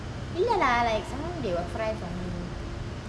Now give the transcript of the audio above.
இல்ல:illa lah sometimes they will fry for me